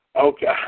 Okay